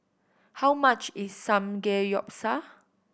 how much is Samgeyopsal